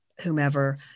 whomever